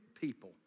people